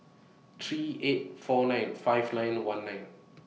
three eight four nine five nine one nine